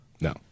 No